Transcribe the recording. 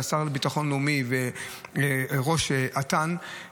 השר לביטחון לאומי וראש את"ן,